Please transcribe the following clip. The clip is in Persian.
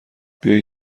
بیایید